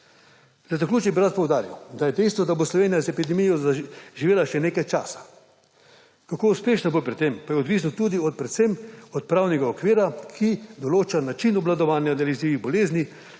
Za zaključek bi rad poudaril, da je dejstvo, da bo Slovenija z epidemijo živela še nekaj časa. Kako uspešna bo pri tem, pa je odvisno predvsem od pravnega okvira, ki določa način obvladovanja nalezljivih bolezni,